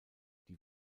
die